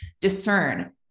discern